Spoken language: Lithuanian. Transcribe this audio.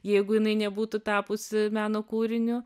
jeigu jinai nebūtų tapusi meno kūriniu